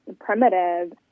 primitive